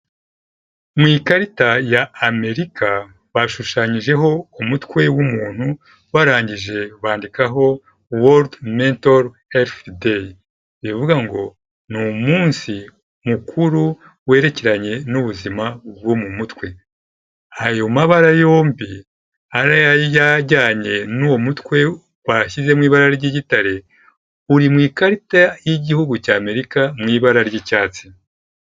Mu ikarita ya Amerika bashushanyijeho umutwe w'umuntu barangije bandikaho world mental health day, bivuga ngo ni umunsi mukuru werekeranye n'ubuzima bwo mu mutwe, ayo mabara yombi ari ayajyanye n'uwo mutwe bashyize mu ibara ry'igitare, uri mu ikarita y'igihugu cya Amerika, mu ibara ry'icyatsi.